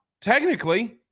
technically